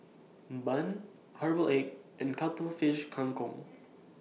Bun Herbal Egg and Cuttlefish Kang Kong